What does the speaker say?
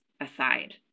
aside